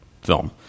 film